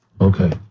Okay